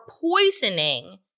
poisoning